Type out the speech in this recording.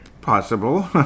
Possible